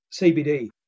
CBD